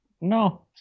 No